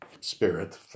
spirit